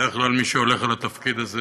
בדרך כלל מי שהולך לתפקיד הזה